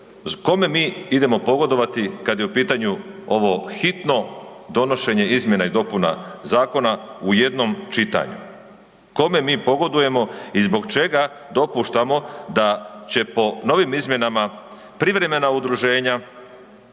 kome mi idemo pogodovati kad je u pitanju ovog hitno donošenje izmjena i dopuna zakona u jednom čitanju? Kome mi pogodujemo i zbog čega dopuštamo da će po novim izmjenama privremena udruženja,